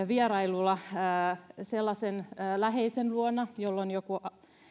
vierailulla sellaisen läheisen luona jolla on joku